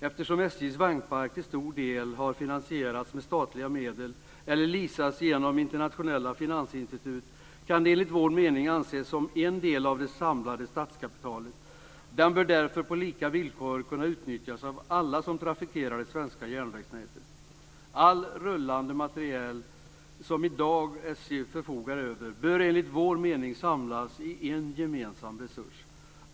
Eftersom SJ:s vagnpark till stor del har finansierats med statliga medel eller leasats genom internationella finansinstitut kan den enligt vår mening anses som en del av det samlade statskapitalet. Den bör därför på lika villkor kunna utnyttjas av alla som trafikerar det svenska järnvägsnätet. All rullande materiel som SJ i dag förfogar över bör enligt vår mening samlas i en gemensam resurs.